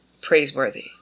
praiseworthy